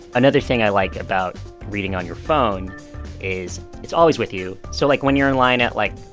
another thing i like about reading on your phone is it's always with you. so, like, when you're in line at, like,